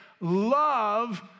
love